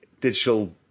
digital